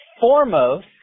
foremost